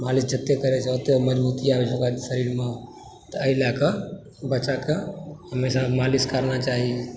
मालिश जतय करय छै ओतए मजबूती आबै छै ओकरा शरीरमे तऽ एहि लएके बच्चाकेँ हमेशा मालिश करना चाही